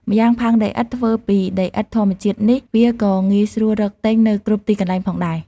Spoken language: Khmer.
ម្យ៉ាងផើងដីឥដ្ឋធ្វើពីដីឥដ្ឋធម្មជាតិនេះ វាក៏ងាយស្រួលរកទិញនៅគ្រប់ទីកន្លែងផងដែរ ។